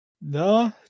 No